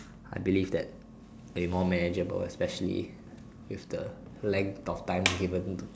I believe that they're more manageable especially with the length of time given